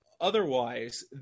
Otherwise